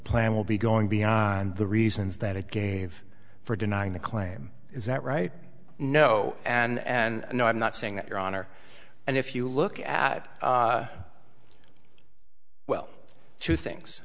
plan will be going beyond the reasons that it gave for denying the claim is that right no and no i'm not saying that your honor and if you look at well two things